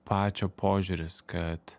pačio požiūris kad